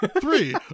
Three